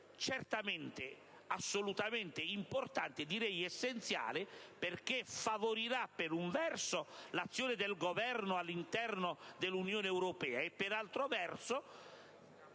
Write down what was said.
è dunque assolutamente importante, direi essenziale, perché per un verso favorirà l'azione del Governo all'interno dell'Unione Europea e per altro verso